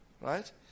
Right